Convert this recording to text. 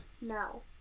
No